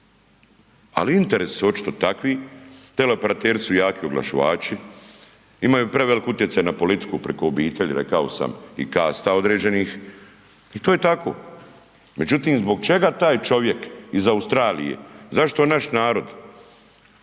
ali interesi su očito takvi, tele operateri su jaki oglašivači, imaju prevelik utjecaj na politiku priko obitelji, rekao sam i kasta određenih i to je tako. Međutim, zbog čega taj čovjek iz Australije, zašto naš narod